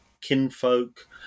kinfolk